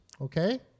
Okay